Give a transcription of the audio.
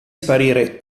sparire